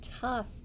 tough